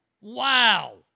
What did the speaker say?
Wow